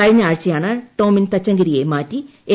കഴിഞ്ഞ ആഴ്ചയാണ് ടോമിൻ തച്ചങ്കരിയെ മാറ്റി എം